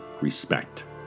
respect